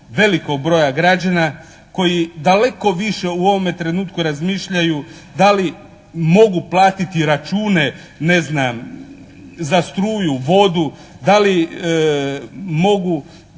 velikog broja građana koji daleko više u ovome trenutku razmišljaju da li mogu platiti račune ne znam za struju, vodu, da li mogu